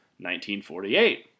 1948